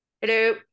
Hello